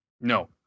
No